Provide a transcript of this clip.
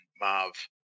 Marv